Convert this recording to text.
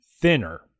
thinner